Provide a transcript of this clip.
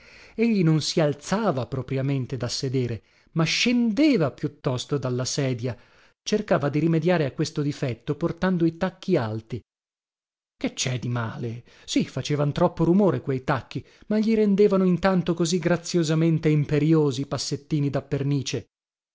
egli non si alzava propriamente da sedere ma scendeva piuttosto dalla sedia cercava di rimediare a questo difetto portando i tacchi alti che cè di male sì facevan troppo rumore quei tacchi ma gli rendevano intanto così graziosamente imperiosi i passettini da pernice